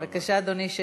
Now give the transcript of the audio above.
בבקשה, אדוני.